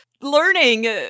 Learning